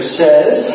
says